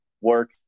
work